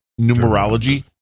numerology